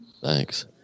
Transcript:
Thanks